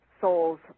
souls